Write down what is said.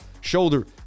Shoulder